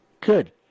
good